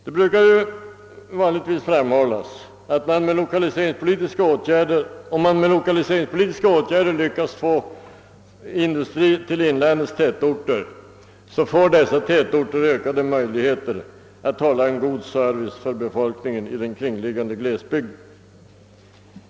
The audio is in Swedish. Det brukar framhållas att om man med lokaliseringspolitiska åtgärder lyckas få industri till inlandets tätorter, så erhåller dessa tätorter ökade möjligheter att lämna en god service till befolkningen i kringliggande glesbygd.